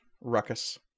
ruckus